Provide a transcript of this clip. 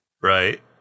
Right